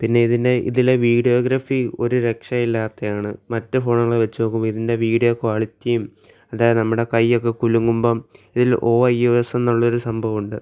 പിന്നെ ഇതിൻ്റെ ഇതിലെ വീഡിയോഗ്രാഫി ഒരു രക്ഷയില്ലാത്തതാണ് മറ്റു ഫോണുകളെ വച്ചു നോക്കുമ്പോൾ ഇതിൻ്റെ വീഡിയോ ക്വാളിറ്റിയും അതായത് നമ്മുടെ കയ്യൊക്കെ കുലുങ്ങുമ്പം ഇതിൽ ഓ ഐ ഒ എസ് എന്നുള്ളൊരു സംഭവുണ്ട്